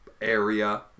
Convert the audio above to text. area